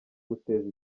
guteza